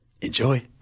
Enjoy